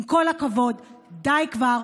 עם כל הכבוד, די כבר.